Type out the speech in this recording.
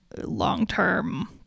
long-term